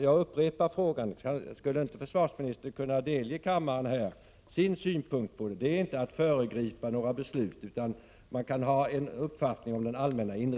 Jag upprepar frågan: Skulle inte försvarsministern vilja delge kammaren sin synpunkt? Det är inte att föregripa några beslut, utan man kan ha en uppfattning om den allmänna = Prot.